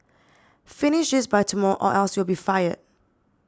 finish this by tomorrow or else you'll be fired